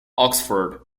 oxford